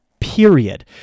period